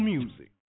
Music